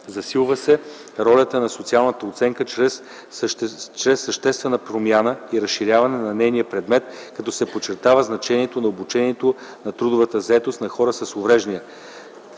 Засилва се ролята на социалната оценка, чрез съществена промяна и разширяване на нейния предмет, като се подчертава значението на обучението и трудовата заетост на хората с увреждания,